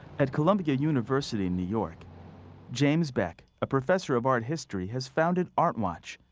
at columbia university in new york james beck, a professor of art history has founded art watch,